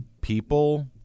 people –